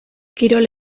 kirol